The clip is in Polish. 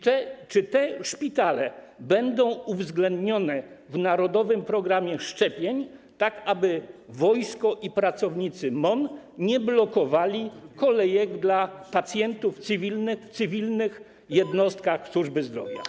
Czy te szpitale będą uwzględnione w narodowym programie szczepień, aby wojsko i pracownicy MON nie blokowali kolejek dla pacjentów w cywilnych jednostkach służby zdrowia?